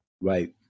Right